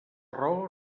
raó